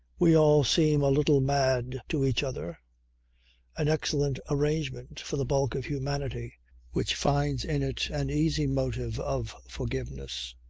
we all seem a little mad to each other an excellent arrangement for the bulk of humanity which finds in it an easy motive of forgiveness.